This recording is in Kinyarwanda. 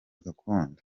gakondo